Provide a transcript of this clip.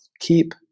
Keep